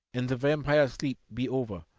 and the vampire sleep be over.